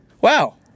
wow